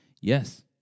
Yes